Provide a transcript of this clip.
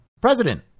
president